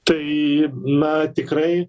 tai na tikrai